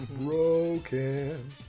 broken